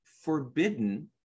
forbidden